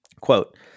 Quote